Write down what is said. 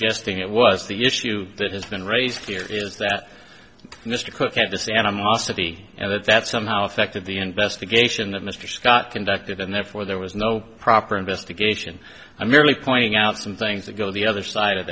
gesting it was the issue that has been raised here is that mr cook at this animosity that that somehow affected the investigation that mr scott conducted and therefore there was no proper investigation i'm merely pointing out some things that go the other side of